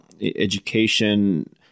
education